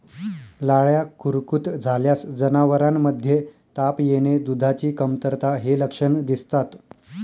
लाळ्या खुरकूत झाल्यास जनावरांमध्ये ताप येणे, दुधाची कमतरता हे लक्षण दिसतात